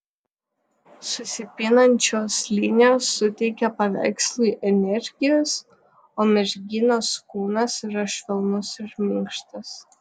susipinančios linijos suteikia paveikslui energijos o merginos kūnas yra švelnus ir minkštas